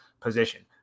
position